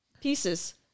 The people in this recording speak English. Pieces